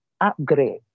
upgrade